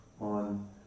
on